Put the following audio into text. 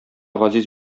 газиз